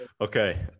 okay